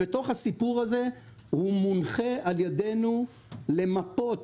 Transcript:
בתוך הסיפור הזה הוא מונחה על ידינו למפות